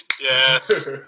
Yes